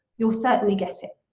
you'll certainly get it.